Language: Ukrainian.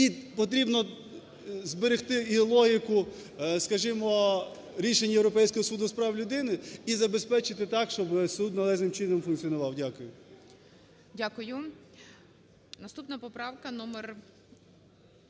Бо потрібно зберегти і логіку, скажімо, рішень Європейського суду з прав людини, і забезпечити так, щоб суд належним чином функціонував. Дякую. ГОЛОВУЮЧИЙ. Дякую. Наступна поправка - номер